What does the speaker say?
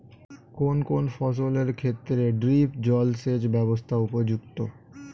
কোন কোন ফসলের ক্ষেত্রে ড্রিপ জলসেচ ব্যবস্থা উপযুক্ত?